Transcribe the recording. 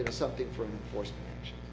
ah something for an enforcement action.